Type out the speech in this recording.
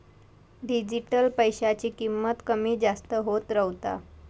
digital पैशाची किंमत कमी जास्त होत रव्हता